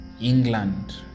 England